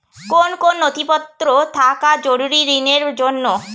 কোন কোন নথিপত্র থাকা জরুরি ঋণের জন্য?